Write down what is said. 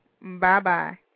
Bye-bye